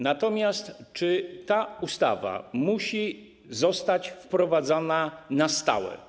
Natomiast czy ta ustawa musi zostać wprowadzona na stałe?